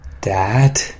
Dad